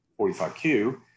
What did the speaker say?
45Q